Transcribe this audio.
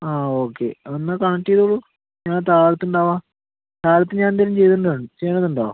ആ ഓക്കെ എന്നാ കണക്ട് ചെയ്തോളൂ ഞാൻ താഴത്ത് ഉണ്ടാവും താഴത്തും ഞാൻ എന്തേലും ചെയ്തേരണ്ട ചെയ്യണന്ന് ഉണ്ടോ